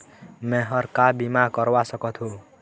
मैं हर का बीमा करवा सकत हो?